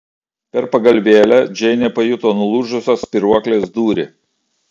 per pagalvėlę džeinė pajuto nulūžusios spyruoklės dūrį